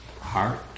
heart